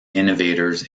innovators